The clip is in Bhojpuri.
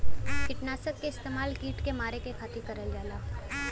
किटनाशक क इस्तेमाल कीट के मारे के खातिर करल जाला